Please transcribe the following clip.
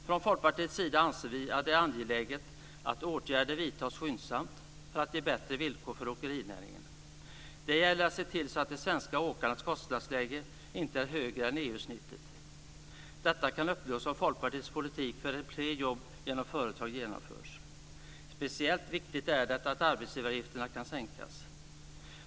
Från Folkpartiets sida anser vi att det är angeläget att åtgärder skyndsamt vidtas för att ge bättre villkor för åkerinäringen. Det gäller att se till att de svenska åkarnas kostnadsläge inte är högre än EU-snittet. Detta kan uppnås om Folkpartiets politik för fler jobb genom företag genomförs. Speciellt viktigt är det att arbetsgivaravgifterna kan sänkas.